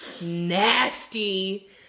nasty